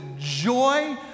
joy